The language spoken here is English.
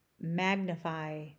magnify